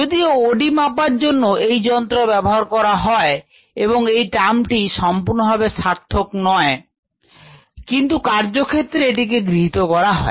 যদিও OD মাপার জন্য এই যন্ত্র ব্যবহার করা হয় এবং এই টার্মটি সম্পূর্ণভাবে সার্থক নয় কিন্তু কার্যক্ষেত্রে এটিকে গৃহীত করা হয়